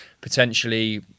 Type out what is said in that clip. potentially